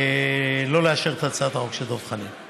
ולא לאשר את הצעת החוק של דב חנין.